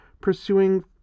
pursuing